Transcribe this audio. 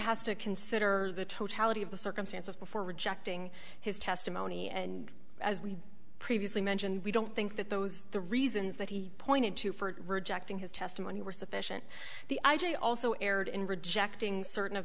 has to consider the totality of the circumstances before rejecting his testimony and as we previously mentioned we don't think that those are the reasons that he pointed to for rejecting his testimony were sufficient the i g also erred in rejecting certain of